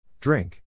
Drink